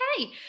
Okay